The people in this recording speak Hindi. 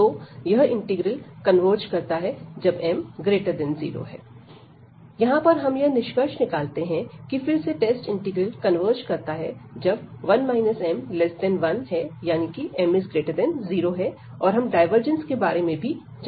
तो यह इंटीग्रल कन्वर्ज करता है जबm0 यहां पर हम यह निष्कर्ष निकालते हैं कि फिर से टेस्ट इंटीग्रल कन्वर्ज करता है जब 1 m1 यानी कि m0 और हम डायवर्जेंस के बारे में भी जानते हैं